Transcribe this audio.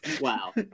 Wow